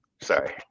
Sorry